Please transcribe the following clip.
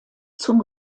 zum